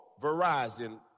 Verizon